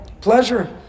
Pleasure